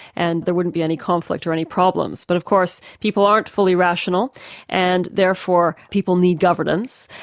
and there wouldn't be any conflict or any problems. but of course people aren't fully rational and therefore people need governance,